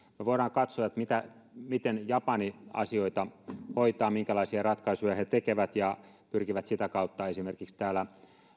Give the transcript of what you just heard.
voimme katsoa miten japani asioita hoitaa minkälaisia ratkaisuja he tekevät ja pyrkivät sitä kautta esimerkiksi